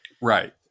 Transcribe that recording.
Right